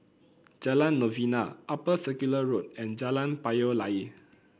Jalan Novena Upper Circular Road and Jalan Payoh Lai